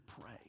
pray